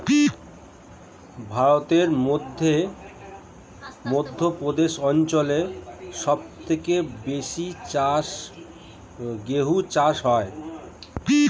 ভারতের মধ্য প্রদেশ অঞ্চল সবচেয়ে বেশি গেহু চাষ হয়